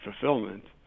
fulfillment